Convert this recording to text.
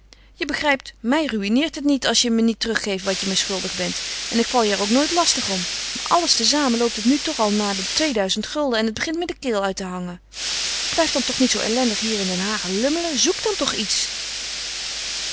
je begrijpt mij ruïneert het niet als je me niet terug geeft wat je me schuldig bent en ik val je er ook nooit lastig om maar alles te zamen loopt het nu toch naar de tweeduizend gulden en het begint me de keel uit te hangen blijf dan toch niet zoo ellendig hier in den haag lummelen zoek dan toch iets